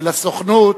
ולסוכנות,